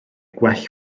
gwell